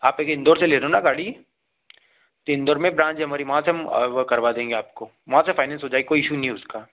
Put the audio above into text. आप एक इंदौर से ले रहे हो ना गाड़ी तो इंदौर में ब्रांच है हमारी वहाँ से हम वह करवा देंगे आपको वहाँ से फ़ाइनैंस हो जाएगी कोई ईशू नहीं उसका